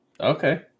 Okay